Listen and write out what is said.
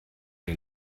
der